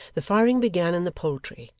the firing began in the poultry,